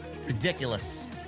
ridiculous